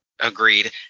Agreed